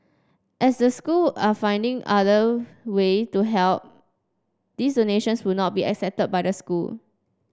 as the school are finding other way to help these donations would not be accepted by the school